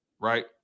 right